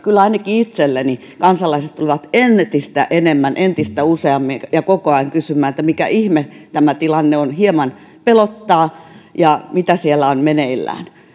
kyllä ainakin itselleni kansalaiset tulevat entistä enemmän entistä useammin ja koko ajan kysymään että mikä ihme tämä tilanne on hieman pelottaa ja mitä siellä on meneillään